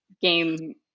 game